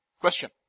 Question